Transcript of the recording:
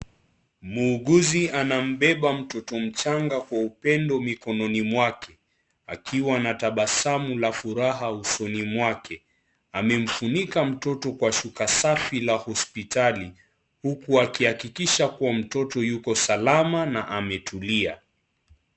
Muuguzi anambeba mtoto mchanga kwa upendo mikononi mwake. Akiwa na tabasamu la furaha usoni mwake, amemfunika mtoto kwa shuka safi la hospitali, huku akihakikisha kuwa mtoto yuko salama na ametulia.